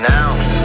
Now